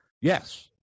Yes